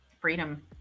Freedom